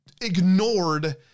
ignored